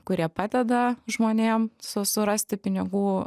kurie padeda žmonėm su surasti pinigų